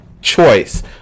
choice